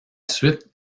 suite